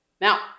Now